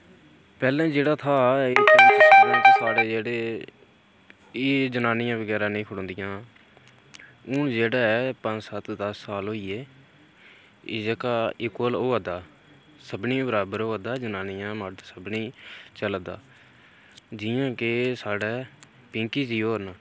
पैह्लें जेह्ड़ा हा जे साढ़े जेह्ड़े एह् जनानियां बगैरा नेईं खड़ोंदियां हियां हुन जेह्ड़ा ऐ पंज सत्त दस्स साल होई गे एह् जेह्का इक्वल होआ दा सभनें ई बराबर होआ दा जनानियां मर्द सभनें ई चला दा जि'यां के साढ़े पींकी जी होर न